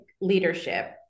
leadership